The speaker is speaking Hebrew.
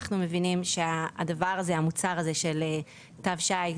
אנחנו מבינים שהמוצר הזה של תו שי,